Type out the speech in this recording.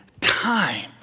time